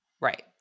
Right